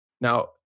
Now